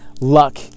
luck